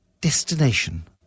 destination